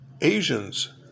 Asians